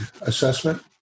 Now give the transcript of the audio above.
assessment